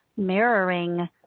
Mirroring